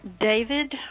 David